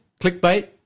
clickbait